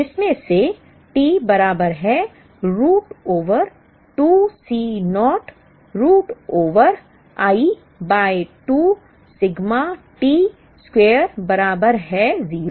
जिसमें से t बराबर है root over 2 C naught root over i by 2 sigma T square बराबर है 0